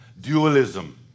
Dualism